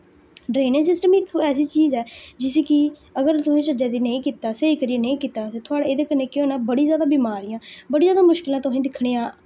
drainage system इक ऐसी चीज़ ऐ जिस्सी कि अगर तुसें चज्जा दा नेईं कीता अगर स्हेई करियै नेईं कीता एह्दे कन्नै केह् होना बड़ी जैदा बमारियां बड़ी जैदा मुशकलां तुसें गी